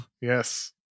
yes